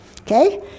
Okay